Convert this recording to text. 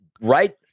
right